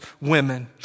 women